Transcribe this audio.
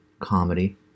comedy